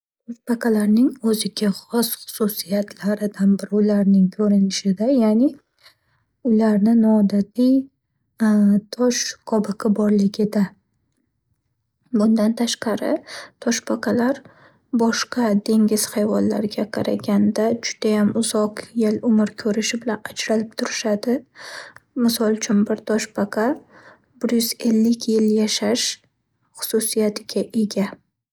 Toshbaqalarning o'ziga xos xususiyatlaridan biri, ularning ko'rinishida. Ya'ni ularni noodatiy tosh qobiqi borligida. Bundan tashqari, toshbaqalar boshqa dengiz hayvonlariga qaraganda judayam uzoq yil umr ko'rishi bilan ajralib turishadi. Misol uchun, bir toshbaqa bir yuz ellik yil yashash xususiyatiga ega.